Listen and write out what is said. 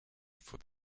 for